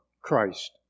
Christ